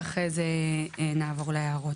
ואחרי זה נעבור להערות.